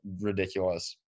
ridiculous